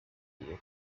izo